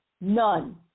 None